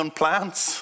plants